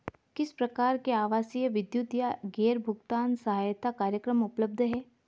किस प्रकार के आवासीय विद्युत या गैस भुगतान सहायता कार्यक्रम उपलब्ध हैं?